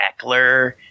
Eckler